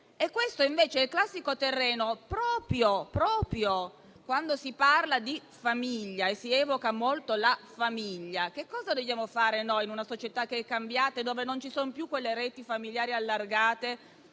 Questo invece è il classico terreno. Quando si parla di famiglia e si evoca la famiglia, cosa dobbiamo fare noi in una società che è cambiata e dove non ci sono più quelle reti familiari allargate